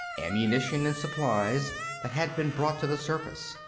ammunition and supplies that had been brought to the surface.